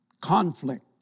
Conflict